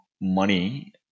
money